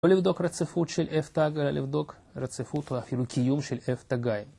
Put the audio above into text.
לא לבדוק רציפות של F-TAG, אלא לבדוק רציפות, או אפילו קיום של F-TAG.